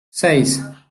seis